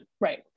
Right